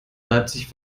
leipzig